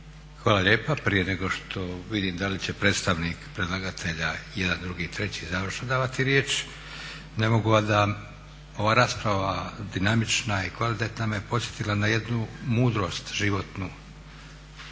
Hvala lijepa. Prije nego što vidim da li će predstavnik predlagatelja jedan, drugi i treći završno davati riječ, ne mogu a da ova rasprava dinamična i kvalitetna me podsjetila na jednu životnu